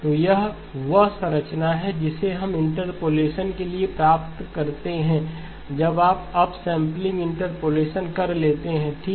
तो यह वह संरचना है जिसे हम इंटरपोलेशन के लिए प्राप्त करते हैं जब आप अप सैंपलिंग इंटरपोलेशन कर लेते हैं ठीक